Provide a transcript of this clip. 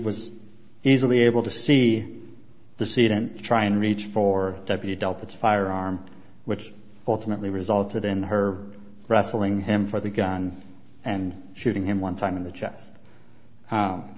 was easily able to see the seat and try and reach for deputy dealt with a firearm which ultimately resulted in her wrestling him for the gun and shooting him one time in the chest